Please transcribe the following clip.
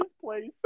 place